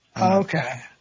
Okay